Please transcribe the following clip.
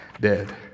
dead